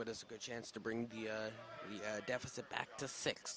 what is a good chance to bring the deficit back to six